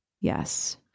Yes